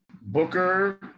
Booker